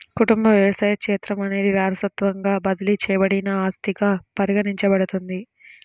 కుటుంబ వ్యవసాయ క్షేత్రం అనేది వారసత్వంగా బదిలీ చేయబడిన ఆస్తిగా పరిగణించబడుతుంది